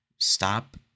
stop